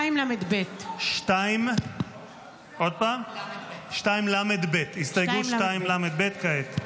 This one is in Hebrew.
2לב. 2לב. הסתייגות 2לב כעת.